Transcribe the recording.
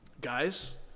Guys